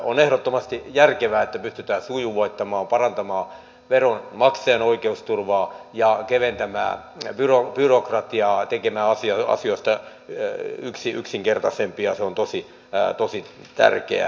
on ehdottomasti järkevää että pystytään sujuvoittamaan parantamaan veronmaksajan oikeusturvaa ja keventämään byrokratiaa tekemään asioista yksinkertaisempia se on tosi tärkeää